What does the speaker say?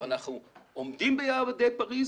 אנחנו עומדים ביעדי פריס